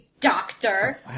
Doctor